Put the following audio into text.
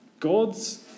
God's